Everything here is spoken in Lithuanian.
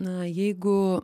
na jeigu